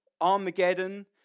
Armageddon